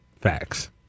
Facts